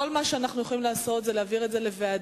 כל מה שאנחנו יכולים לעשות זה להעביר את הנושא לוועדה,